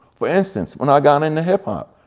for instance, when i got into hip hop.